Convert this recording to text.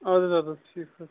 اَدٕ حظ اَدٕ حظ ٹھیٖک حظ چھِ